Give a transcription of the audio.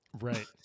Right